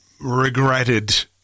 regretted